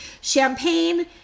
champagne